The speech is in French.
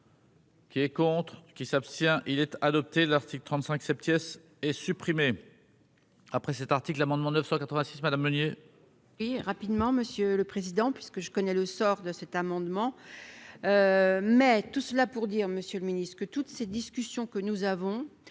Qui est contre qui s'abstient-il être adopté l'article 35 c'est pièce et supprimé après cet article, l'amendement 986 madame Meunier. Oui, rapidement, Monsieur le Président, puisque je connais le sort de cet amendement, mais tout cela pour dire, Monsieur le Ministre, que toutes ces discussions que nous avons